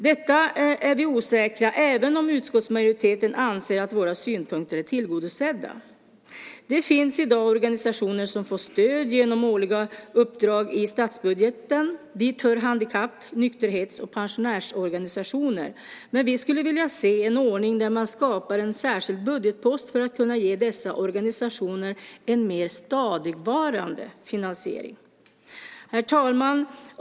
Detta är vi osäkra på, även om utskottsmajoriteten anser att våra synpunkter är tillgodosedda. Det finns i dag organisationer som får stöd genom årliga uppdrag i statsbudgeten. Dit hör handikapp-, nykterhets och pensionärsorganisationer. Men vi skulle vilja se en ordning där man skapar en särskild budgetpost för att kunna ge dessa organisationer en mer stadigvarande finansiering. Herr talman!